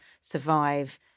survive